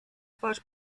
twarz